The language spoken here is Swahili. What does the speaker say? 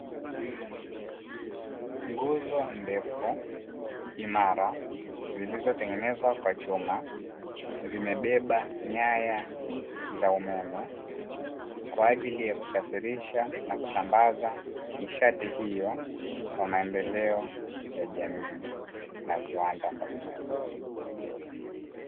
Nguzo ndefu imara zilizotengenezwa kwa chuma, zimebeba nyaya za umeme kwa ajili ya kusafirisha na kusambaza nishati hiyoY, kwa maendeleo ya jamii na viwanda mbalimbali.